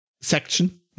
section